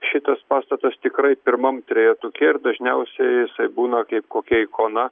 šitas pastatas tikrai pirmam trejetuke ir dažniausiai jisai būna kaip kokia ikona